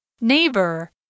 Neighbor